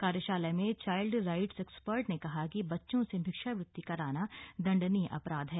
कार्यशाला में child rights expert ने कहा कि बच्चों से भिक्षावृत्ति कराना दंडनीय अपराध है